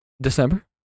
December